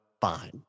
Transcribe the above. Fine